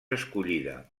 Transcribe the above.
escollida